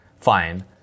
Fine